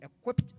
equipped